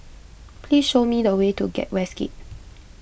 please show me the way to get Westgate